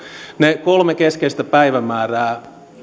ne kolme keskeistä päivämäärää